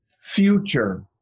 future